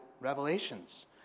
revelations